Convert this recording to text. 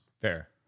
Fair